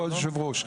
כבוד יושב הראש.